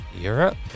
Europe